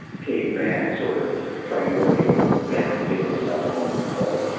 caveman sort of primordial manly feeling at that moment, but